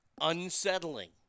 unsettling